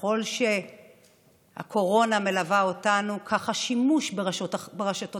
וככל שהקורונה מלווה אותנו כך השימוש ברשתות